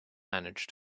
manage